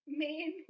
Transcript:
main